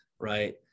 right